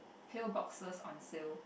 pill boxes on shelf